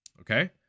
okay